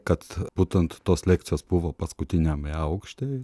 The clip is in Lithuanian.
kad būtent tos lekcijos buvo paskutiniame aukšte ir